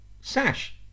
Sash